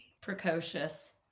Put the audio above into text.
precocious